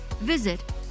visit